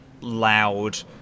loud